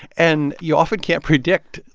and you often can't predict,